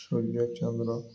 ସୂର୍ଯ୍ୟ ଚନ୍ଦ୍ର